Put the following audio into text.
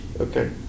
Okay